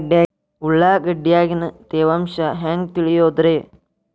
ಉಳ್ಳಾಗಡ್ಯಾಗಿನ ತೇವಾಂಶ ಹ್ಯಾಂಗ್ ತಿಳಿಯೋದ್ರೇ?